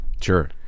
Sure